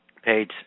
page